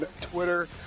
Twitter